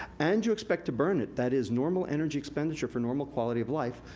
and you expect to burn it, that is normal energy expenditure for normal quality of life,